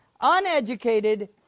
uneducated